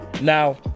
now